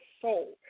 soul